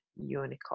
unicorn